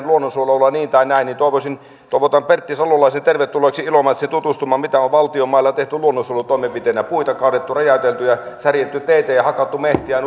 luonnonsuojelulla niin tai näin niin toivotan pertti salolaisen tervetulleeksi ilomantsiin tutustumaan mitä on valtion mailla tehty luonnonsuojelutoimenpiteinä puita kaadettu räjäytelty ja särjetty teitä ja hakattu metsiä